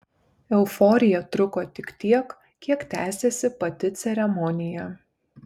euforija truko tik tiek kiek tęsėsi pati ceremonija